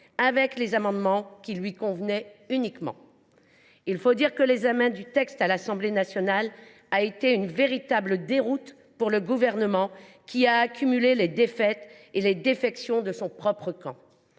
les amendements qui lui convenaient. Il faut dire que l’examen du texte à l’Assemblée nationale a été une véritable déroute pour le Gouvernement, qui a accumulé les défaites et les défections dans son propre camp.